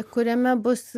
kuriame bus